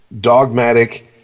dogmatic